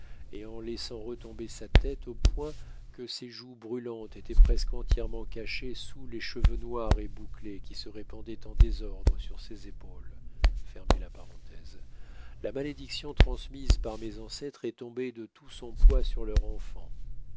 et en laissant retomber sa tête au point que ses joues brûlantes étaient presque entièrement cachées sous les cheveux noirs et bouclés qui se répandaient en désordre sur ses épaules la malédiction transmise par mes ancêtres est tombée de tout son poids sur leur enfant